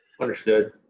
Understood